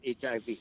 HIV